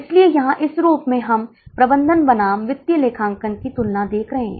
इसलिए हम इन चारों के लिए गणना करने का प्रयास करेंगे वास्तव में केवल अपने लिए हम 50 के हिसाब से भी गणना कर सकते हैं